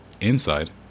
inside